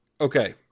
Okay